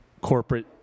corporate